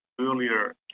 earlier